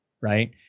Right